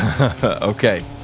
Okay